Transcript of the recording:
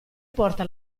porta